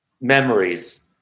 memories